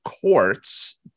courts